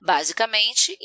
Basicamente